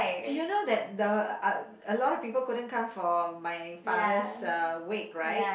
do you know that the uh a lot of people couldn't come for my father's uh wake right